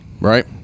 right